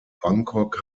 bangkok